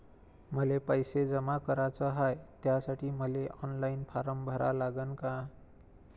मले पैसे जमा कराच हाय, त्यासाठी मले ऑनलाईन फारम भरा लागन का?